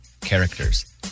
characters